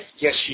Yes